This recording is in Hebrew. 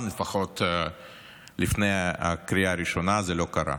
לפחות לפני הקריאה הראשונה זה כמובן לא קרה.